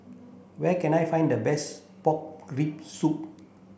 where can I find the best pork rib soup